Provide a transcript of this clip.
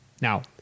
Now